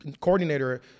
coordinator